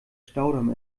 staudamm